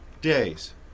days